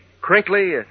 crinkly